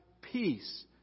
peace